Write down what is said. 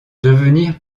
devenir